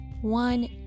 one